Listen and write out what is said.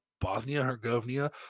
Bosnia-Herzegovina